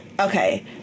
Okay